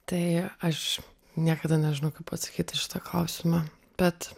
tai aš niekada nežinau kaip atsakyt į šitą klausimą bet